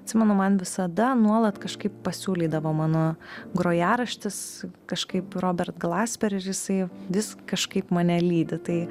atsimenu man visada nuolat kažkaip pasiūlydavo mano grojaraštis kažkaip robert glasper ir isai vis kažkaip mane lydi tai